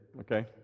okay